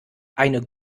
eine